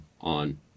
on